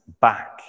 back